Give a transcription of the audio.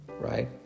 right